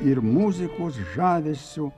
ir muzikos žavesiu